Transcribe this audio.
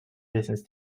business